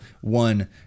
one